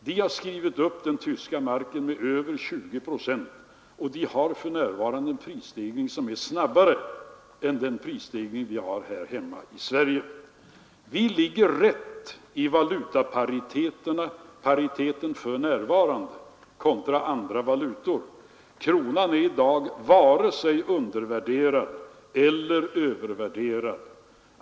De har skrivit upp den tyska marken med över 20 procent och de har för närvarande en prisstegring som är snabbare än den vi har här hemma i Sverige. Vi ligger för närvarande rätt i valutapariteten kontra andra valutor. Kronan är i dag varken undervärderad eller övervärderad.